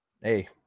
hey